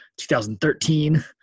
2013